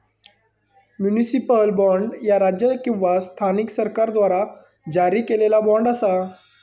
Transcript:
municipal bond, ह्या राज्य किंवा स्थानिक सरकाराद्वारा जारी केलेला बॉण्ड असा